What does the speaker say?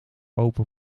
open